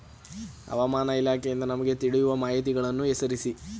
ಹವಾಮಾನ ಇಲಾಖೆಯಿಂದ ನಮಗೆ ತಿಳಿಯುವ ಮಾಹಿತಿಗಳನ್ನು ಹೆಸರಿಸಿ?